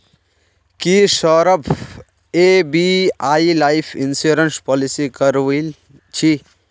की Saurabh SBI life insurance policy करवइल छि